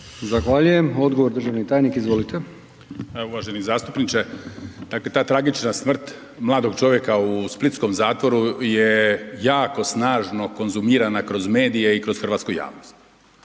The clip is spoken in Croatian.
Zahvaljujem. Odgovor državni tajnik, izvolite. **Martinović, Juro** Uvaženi zastupniče, dakle ta tragična smrt mladog čovjeka u splitskom zatvoru je jako snažno konzumirana kroz medije i kroz hrvatsku javnost.